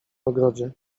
ogrodzie